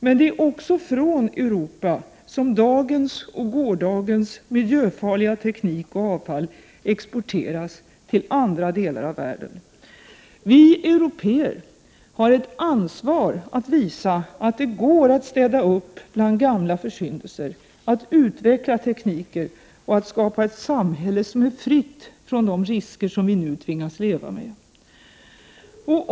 Men det är också från Europa som dagens och gårdagens miljöfarliga teknik och avfall exporteras till andra delar av världen. Vi européer har ett ansvar för att visa att det går att städa upp bland försyndelser, att utveckla tekniker och skapa ett samhälle som är fritt från de risker som vi nu tvingas leva med.